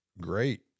great